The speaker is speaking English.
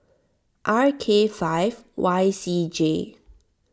R K five Y C J